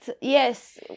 yes